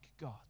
God